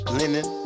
linen